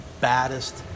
baddest